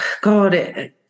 God